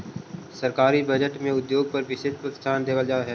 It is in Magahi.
सरकारी बजट में उद्योग पर विशेष प्रोत्साहन देवल जा हई